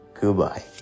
Goodbye